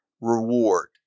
reward